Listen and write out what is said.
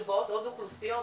ובאות עוד אוכלוסיות.